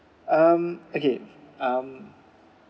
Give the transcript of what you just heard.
um okay um